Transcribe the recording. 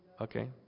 Okay